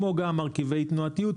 כמו גם מרכיבי תנועתיות,